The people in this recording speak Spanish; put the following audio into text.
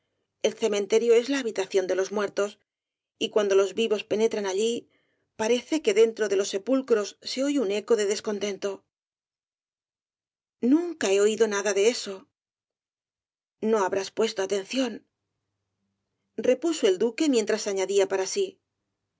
el cementerio es la habitación de los muertos y cuando los vivos penetran allí parece que dentro de los sepulcros se oye un eco de d e s contento nunca he oído nada de eso no habrás puesto atención repuso el duque mientras añadía para sí no